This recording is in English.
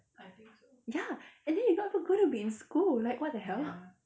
ya and then you're not going to be in school like what the hell